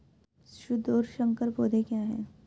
शुद्ध और संकर पौधे क्या हैं?